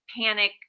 panic